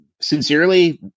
sincerely